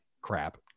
crap